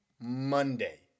Monday